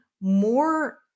more